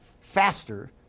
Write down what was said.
faster